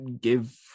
give